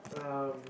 um